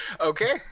Okay